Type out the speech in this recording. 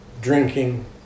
drinking